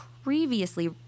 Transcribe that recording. previously